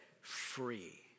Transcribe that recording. free